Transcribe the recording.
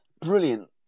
brilliant